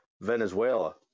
Venezuela